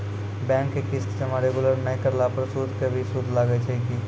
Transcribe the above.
Bank के किस्त जमा रेगुलर नै करला पर सुद के भी सुद लागै छै कि?